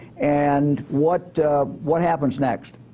and what what happens next?